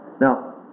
Now